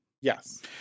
Yes